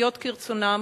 לחיות כרצונם